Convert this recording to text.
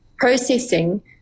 processing